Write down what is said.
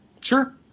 Sure